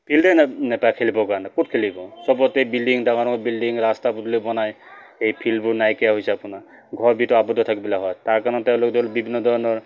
ফিল্ডে নাই নেপায় খেলিবৰ কাৰণে ক'ত খেলিব চবতে বিল্ডিং ডাঙৰ ডাঙৰ বিল্ডিং ৰাস্তা পদূলি বনাই এই ফিল্ডবোৰ নাইকিয়া হৈছে আপোনাৰ ঘৰ ভিতৰত আবদ্ধ থাকিবলগা হয় তাৰ কাৰণে তেওঁলোকৰ তেওঁলোক বিভিন্ন ধৰণৰ